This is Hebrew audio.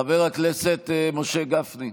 חבר הכנסת משה גפני,